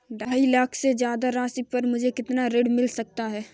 ढाई लाख से ज्यादा राशि पर मुझे कितना ऋण मिल सकता है?